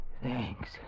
Thanks